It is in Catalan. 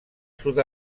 sud